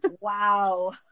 Wow